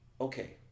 okay